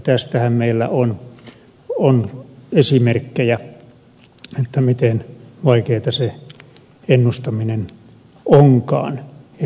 tästähän meillä on esimerkkejä miten vaikeata se ennustaminen onkaan